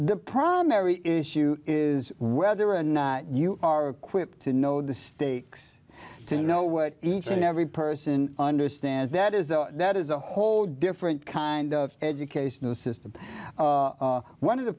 the primary issue is whether or not you are quick to know the stakes to know what each and every person understands that is that is a whole different kind of educational system one of the